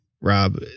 Rob